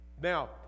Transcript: now